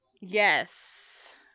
Yes